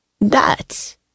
That